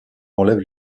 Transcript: enlève